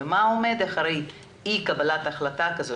מה עומד מאחורי אי קבלת החלטה כזו